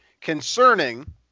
concerning